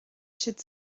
siad